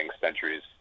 centuries